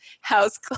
house